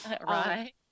Right